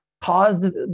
caused